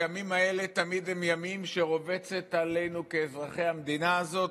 הימים האלה הם תמיד ימים שבהם רובצת עלינו מועקה כאזרחי המדינה הזאת,